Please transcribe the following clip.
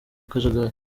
akajagari